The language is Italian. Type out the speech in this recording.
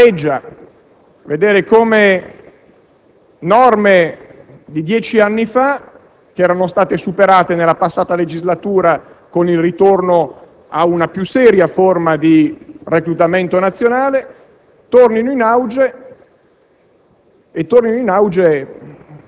In questo contesto devo dire che amareggia vedere come norme di dieci anni fa, che erano state superate nella passata legislatura con il ritorno ad una più seria forma di reclutamento nazionale,